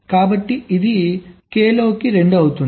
కాబట్టి ఇది k లోకి 2 అవుతుంది